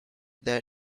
that